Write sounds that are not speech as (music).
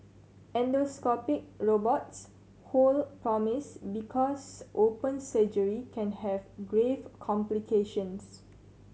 endoscopic robots (unintelligible) promise because open surgery can have grave complications